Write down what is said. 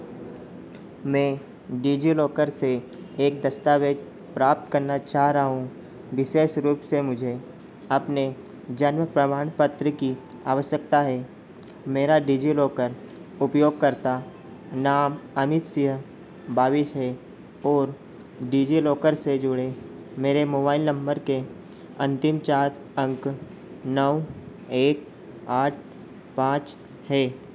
मैं डिजिलॉकर से एक दस्तावेज़ प्राप्त करना चाह रहा हूँ विशेष रूप से मुझे अपने जन्म प्रमाण पत्र की आवश्यकता है मेरा डिजिलॉकर उपयोगकर्ता नाम अमित सिंह बाइस है और डिजिलॉकर से जुड़े मेरे मोबाइल नंबर के अंतिम चार अंक नौ एक आठ पाँच हैं